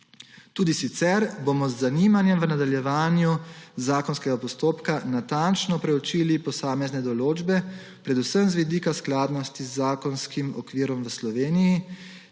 Tudi sicer bomo z zanimanjem v nadaljevanju zakonskega postopka natančno preučili posamezne določbe, predvsem z vidika skladnosti z zakonskim okvirom v Sloveniji